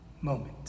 moment